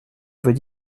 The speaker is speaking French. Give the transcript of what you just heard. veux